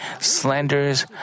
slanders